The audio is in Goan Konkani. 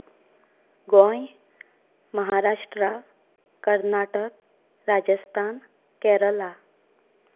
गोंय महाराष्ट्रा कर्नाटक राजस्थान केरळा